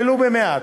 ולו במעט,